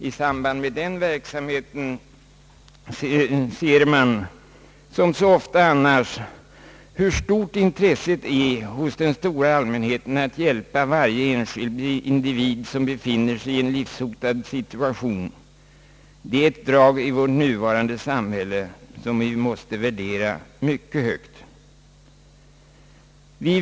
I samband med den verksamheten ser man, som så ofta annars, hur stort intresset är hos den stora allmänheten att hjälpa varje enskild individ, som befinner sig i en livshotande situation. Det är ett drag i vårt nutida samhälle, som vi värderar mycket högt.